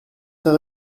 très